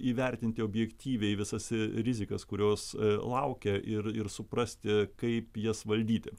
įvertinti objektyviai visas rizikas kurios laukia ir ir suprasti kaip jas valdyti